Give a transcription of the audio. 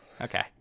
okay